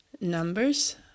Numbers